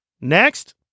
next